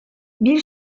bir